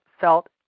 felt